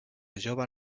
jove